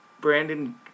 Brandon